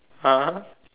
ah